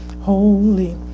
holy